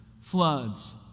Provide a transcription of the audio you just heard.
floods